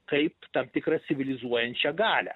kaip tam tikrą civilizuojančią galią